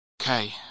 Okay